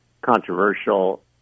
controversial